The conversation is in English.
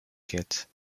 get